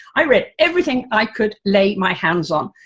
i read everything i could lay my hands on.